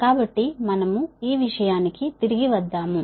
కాబట్టి మనము ఈ విషయానికి తిరిగి వద్దాము